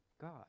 God